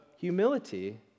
Humility